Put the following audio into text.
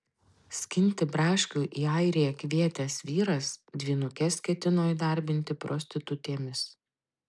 skinti braškių į airiją kvietęs vyras dvynukes ketino įdarbinti prostitutėmis